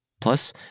Plus